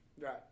Right